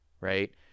right